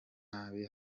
nabi